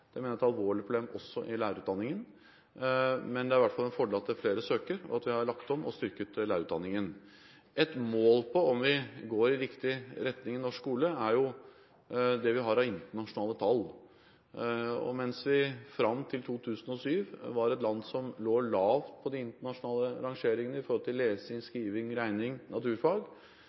mener at det er et alvorlig problem også i lærerutdanningen. Men det er i hvert fall en fordel at flere søker, og at vi har lagt om og styrket lærerutdanningen. Et mål på om vi går i riktig retning når det gjelder norsk skole, er det vi har av internasjonale tall. Mens vi fram til 2007 var et land som lå lavt på de internasjonale rangeringene med hensyn til lesing, skriving, regning og naturfag,